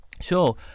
Sure